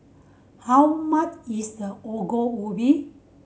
how much is the Ongol Ubi